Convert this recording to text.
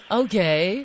okay